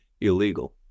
illegal